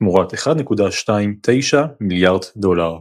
תמורת 1.29 מיליארד דולר.